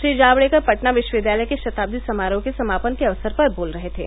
श्री जावड़ेकर पटना विश्वविद्यालय के शताब्दी समारोह के समापन के अवसर पर बोल रहे थे